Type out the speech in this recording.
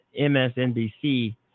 MSNBC